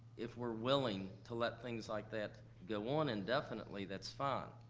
if we're willing to let things like that go on indefinitely, that's fine.